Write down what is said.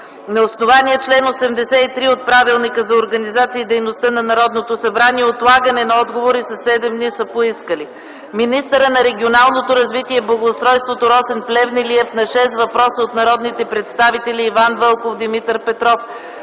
На основание чл. 83 от Правилника за организацията и дейността на Народното събрание, отлагане на отговори със седем дни са поискали: Министърът на регионалното развитие и благоустройството Росен Плевнелиев на шест въпроса от народните представители Иван Вълков, Димитър Петров,